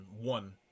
one